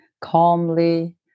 calmly